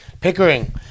Pickering